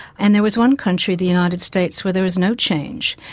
and there was one country, the united states, where there was no change.